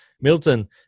Milton